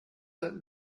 sollten